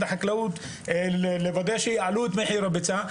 החקלאות כדי לוודא שיעלו את מחיר הביצה.